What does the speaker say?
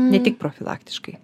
ne tik profilaktiškai